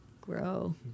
grow